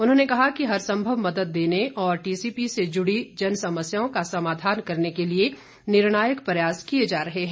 उन्होंने कहा कि हरसंभव मदद देने और टीसीपी से जुड़ी जन समस्याओं का समाधान करने के लिए निर्णायक प्रयास किए जा रहे हैं